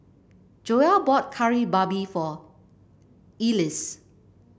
Joell bought Kari Babi for Elise